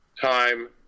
time